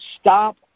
Stop